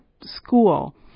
school